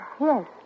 Yes